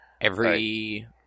Every-